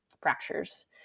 fractures